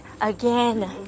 again